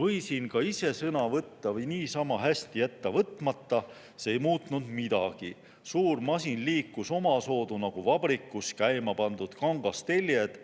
"Võisin ka ise sõna võtta või niisama hästi jätta võtmata – see ei muutnud midagi. Suur masin liikus omasoodu nagu vabrikus käimapandud kangasteljed,